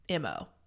MO